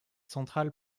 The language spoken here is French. central